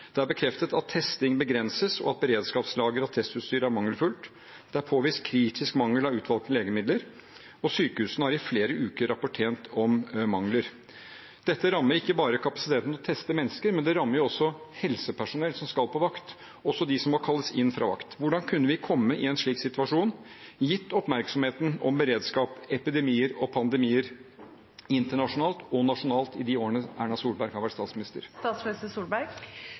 Det er bekreftet at testing begrenses, og at beredskapslageret av testutstyr er mangelfullt. Det er påvist kritisk mangel på utvalgte legemidler, og sykehusene har i flere uker rapportert om mangler. Dette rammer ikke bare kapasiteten til å teste mennesker, det rammer også helsepersonell som skal på vakt, også de som må kalles inn fra vakt. Hvordan kunne vi komme i en slik situasjon, gitt oppmerksomheten om beredskap, epidemier og pandemier internasjonalt og nasjonalt i de årene Erna Solberg har vært statsminister?